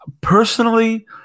Personally